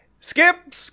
Skip